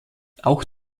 auch